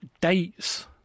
dates